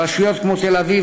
ברשויות כמו תל-אביב,